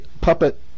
puppet